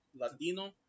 Latino